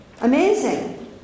Amazing